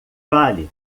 fale